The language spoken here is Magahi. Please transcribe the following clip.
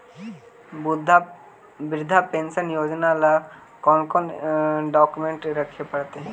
वृद्धा पेंसन योजना ल कोन कोन डाउकमेंट रखे पड़तै?